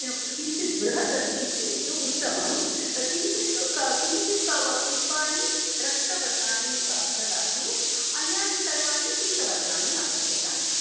किञ्चित् बृहत् अस्ति चेत् उत्तमम् किञ्चित् क् किञ्चित् पुष्पाणि रक्तवर्णानि ददातु अन्यानि सर्वाणि पीतवर्णानि आवश्यकानि